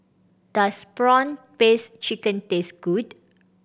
does prawn paste chicken taste good